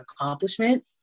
accomplishment